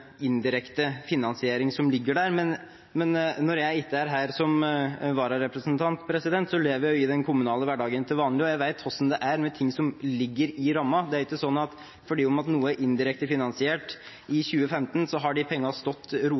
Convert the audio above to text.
indirekte finansiering som ligger der. Men når jeg ikke er her som vararepresentant, lever jeg i den kommunale hverdagen, og jeg vet hvordan det er med ting som ligger i rammen. Det er ikke sånn at fordi noe er indirekte finansiert i 2015, så har de pengene stått